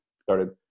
started